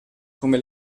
come